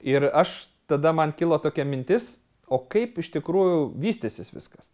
ir aš tada man kilo tokia mintis o kaip iš tikrųjų vystysis viskas